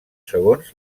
segons